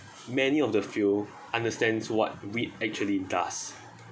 many of the few understands what weed actually does